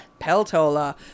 Peltola